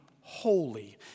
holy